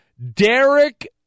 Derek